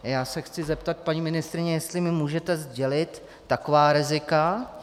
Já se chci zeptat, paní ministryně, jestli mi můžete sdělit taková rizika.